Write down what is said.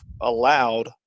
allowed